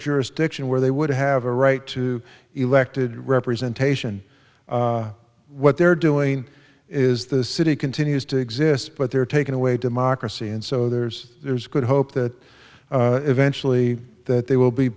jurisdiction where they would have a right to elected representation what they're doing is the city continues to exist but they're taking away democracy and so there's there's good hope that eventually that they will be